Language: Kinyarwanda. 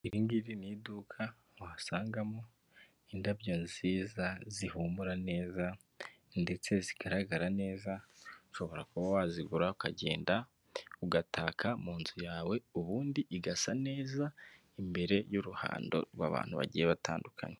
Iri ngiri ni iduka wasangamo indabyo nziza zihumura neza ndetse zigaragara neza, ushobora kuba wazigura ukagenda ugataka mu nzu yawe ubundi igasa neza, imbere y'uruhando rw'abantu bagiye batandukanye.